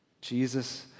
Jesus